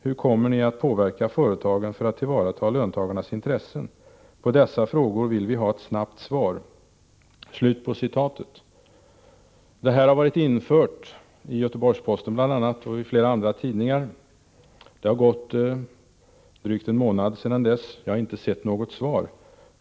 Hur kommer ni att påverka företagen för att tillvarata löntagarnas intressen? På dessa frågor vill vi ha ett snabbt svar.” Detta brev har varit infört i Göteborgs-Posten och i flera andra tidningar. Det har gått drygt en månad sedan dess. Jag har inte sett något svar.